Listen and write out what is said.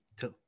Two